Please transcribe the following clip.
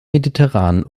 mediterranen